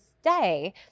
stay